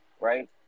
right